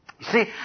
See